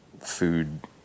Food